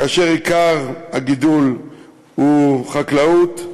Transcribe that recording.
שם עיקר הגידול הוא חקלאות,